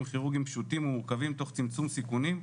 כירורגיים פשוטים ומורכבים תןך צמצום סיכונים,